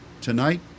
tonight